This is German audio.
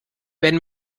wenn